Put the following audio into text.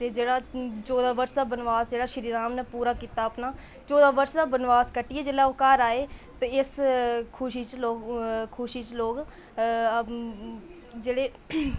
ते जेह्ड़ा चौदहां वर्ष दा वनवास जेह्ड़ा पूरा कीता श्रीराम नै चौदहां वर्ष दा वनवास कट्टियै ओह् जेल्लै वापस आये ते इस खुशी च लोग जेह्ड़े